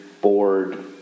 bored